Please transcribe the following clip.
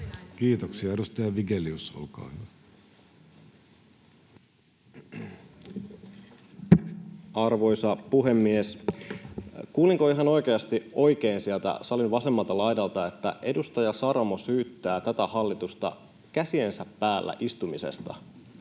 Kiitoksia. — Edustaja Vigelius, olkaa hyvä. Arvoisa puhemies! Kuulinko ihan oikeasti oikein sieltä salin vasemmalta laidalta, että edustaja Saramo syyttää tätä hallitusta käsiensä päällä istumisesta